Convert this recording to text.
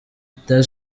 that